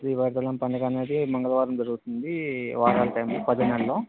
శ్రీ పైడితల్లి అమ్మ పండగ అనేది మంగళవారం రోజు జరుగుతుంది వారాల టైం పదో నెలలో